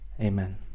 amen